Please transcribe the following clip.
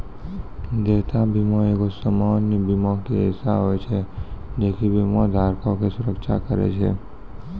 देयता बीमा एगो सामान्य बीमा के हिस्सा होय छै जे कि बीमा धारको के सुरक्षा करै छै